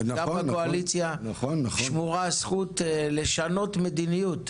גם לקואליציה שמורה הזכות לשנות מדיניות,